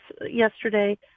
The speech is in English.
yesterday